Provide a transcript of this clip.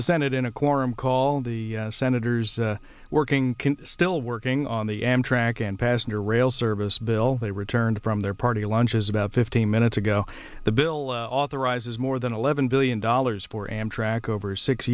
the senate in a quorum call the senators working still working on the amtrak and passenger rail service bill they returned from their party lunches about fifteen minutes ago the bill authorizes more than eleven billion dollars for amtrak over six